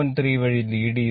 3oവഴി lead ചെയ്യുന്നു